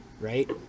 right